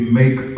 make